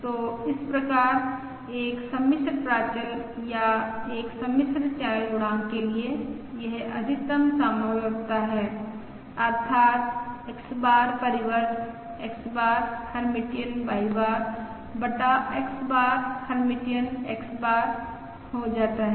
तो इस प्रकार एक सम्मिश्र प्राचल या एक सम्मिश्र चैनल गुणांक के लिए यह अधिकतम संभाव्यता है अर्थात् X बार परिवर्त X bar Hermitian Y bar बटा X bar Hermitian X bar हो जाता है